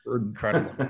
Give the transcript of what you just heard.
Incredible